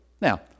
Now